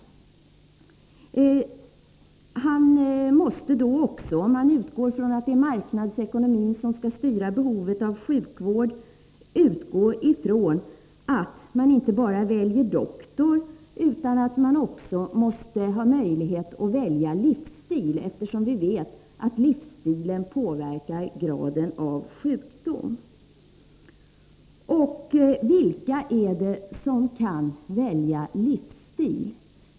Om man utgår ifrån att det är marknadsekonomin som skall styra behovet av sjukvård, måste man också utgå ifrån att man inte bara väljer doktor utan att man också måste ha möjlighet att välja livsstil, eftersom vi vet att livsstilen påverkar graden av sjukdom. Vilka är det som kan välja livsstil?